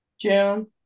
June